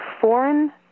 foreign